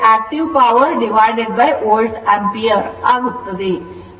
cos θ p VI ಅಂದರೆ active power volt ampere ಆಗುತ್ತದೆ